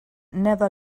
never